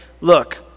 look